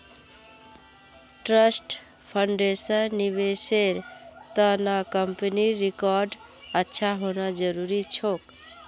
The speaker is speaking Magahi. ट्रस्ट फंड्सेर निवेशेर त न कंपनीर रिकॉर्ड अच्छा होना जरूरी छोक